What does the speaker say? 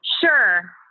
Sure